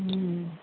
ꯎꯝ